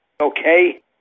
Okay